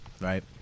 right